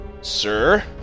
sir